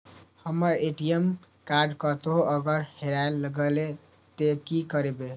हमर ATM card कतहो अगर हेराय गले ते की करबे?